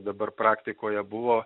dabar praktikoje buvo